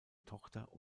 tochter